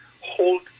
hold